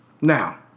Now